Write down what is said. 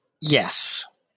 Yes